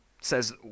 says